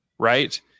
right